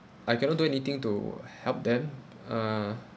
I cannot do anything to help them uh